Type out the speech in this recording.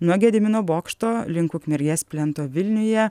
nuo gedimino bokšto link ukmergės plento vilniuje